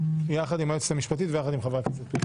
דיון, ביחד עם היועצת המשפטית ועם חברי הכנסת.